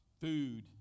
food